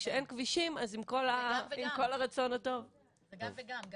ואם אין כבישים אז עם כל הרצון הטוב -- זה גם וגם.